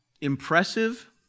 impressive